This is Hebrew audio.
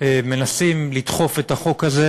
מנסים לדחוף את החוק הזה,